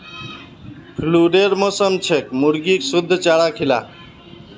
फ्लूरेर मौसम छेक मुर्गीक शुद्ध चारा खिला